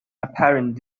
apparent